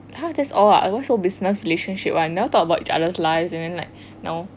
ah that's all ah why got so business relationship [one] never talk about each other's lifes anything like no